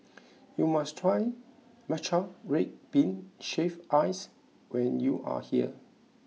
you must try Matcha Red Bean Shaved Ice when you are here